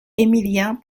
émilien